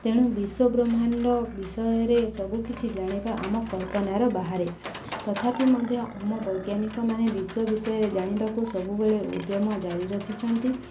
ତେଣୁ ବିଶ୍ୱବ୍ରହ୍ମାଣ୍ଡ ବିଷୟରେ ସବୁକିଛି ଜାଣିବା ଆମ କଳ୍ପନାର ବାହାରେ ତଥାପି ମଧ୍ୟ ଆମ ବୈଜ୍ଞାନିକମାନେ ବିଶ୍ୱ ବିଷୟରେ ଜାଣିବାକୁ ସବୁବେଳେ ଉଦ୍ଦ୍ୟମ ଜାରି ରଖିଛନ୍ତି